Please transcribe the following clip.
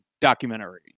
documentary